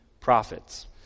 prophets